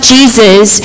Jesus